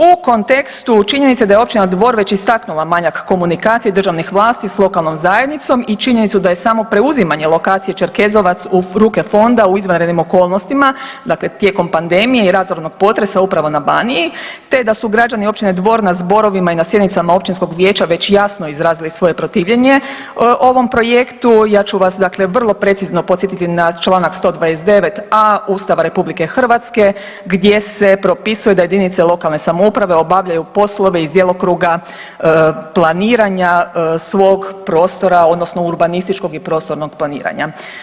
U kontekstu činjenice da je općina Dvor već istaknula manjak komunikacije državnih vlasti s lokalnom zajednicom i činjenicu da je samo preuzimanje lokacije Čerkezovac u ruke fonda u izvanrednim okolnostima dakle tijekom pandemije i razornog potresa upravo na Baniji te da su građani općine Dvor na zborovima i na sjednicama Općinskog vijeća već jasno izrazili svoje protivljenje ovom projektu ja ću vas dakle vrlo precizno podsjetiti na članak 129.a Ustava Republike Hrvatske gdje se propisuje da jedinice lokalne samouprave obavljaju poslove iz djelokruga planiranja svog prostora odnosno urbanističkog i prostornog planiranja.